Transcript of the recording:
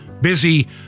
busy